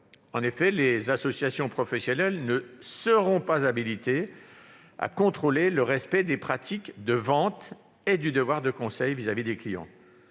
En effet, les associations professionnelles ne seront pas habilitées à contrôler le respect des pratiques de vente et du devoir de conseil vis-à-vis des clients.